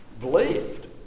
believed